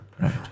Right